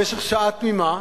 במשך שעה תמימה,